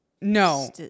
No